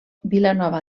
vilanova